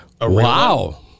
Wow